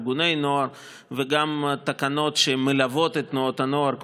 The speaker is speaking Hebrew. ארגוני נוער וגם תקנות שמלוות את תנועות הנוער,